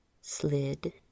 slid